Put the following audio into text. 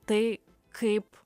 tai kaip